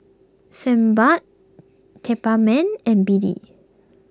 Sebamed and B D